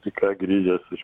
tik ką grįžęs iš